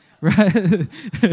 Right